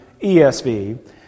ESV